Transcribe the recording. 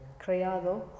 creado